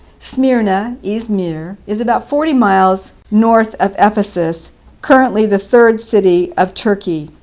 smyrna izmir is about forty miles north of ephesus currently the third city of turkey,